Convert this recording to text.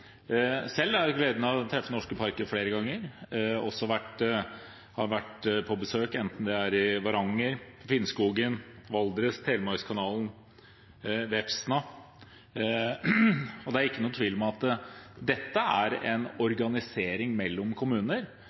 Selv har jeg hatt gleden av å besøke norske parker flere ganger. Jeg har vært på besøk i Varanger, på Finnskogen, Valdres, Telemarkskanalen, Vefsna. Det er ikke noen tvil om at dette er en organisering mellom kommuner